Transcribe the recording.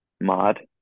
mod